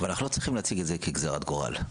אנחנו לא צריכים להציג את זה כגזרת גורל.